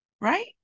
right